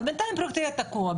ובינתיים הפרויקט יהיה תקוע,